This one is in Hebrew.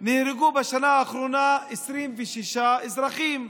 ונהרגו בשנה האחרונה 26 אזרחים.